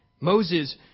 Moses